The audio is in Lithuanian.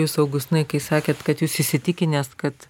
jūs augustinai kai sakėte kad jūs įsitikinęs kad